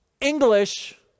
English